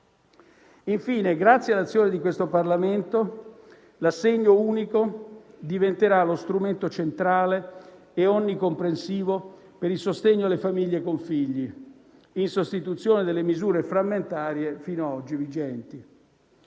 Infine, grazie all'azione di questo Parlamento, l'assegno unico diventerà lo strumento centrale e onnicomprensivo per il sostegno alle famiglie con figli, in sostituzione delle misure frammentarie fino ad oggi vigenti.